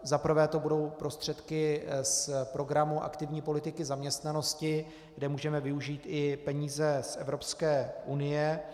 Za prvé to budou prostředky z programu aktivní politiky zaměstnanosti, kde můžeme využít i peníze z Evropské unie.